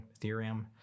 Ethereum